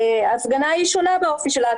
הפגנה שונה באופי שלה.